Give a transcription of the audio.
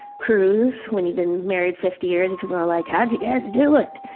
cruise when you've been married fifty years and people are like, how'd you guys do it?